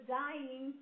dying